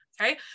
okay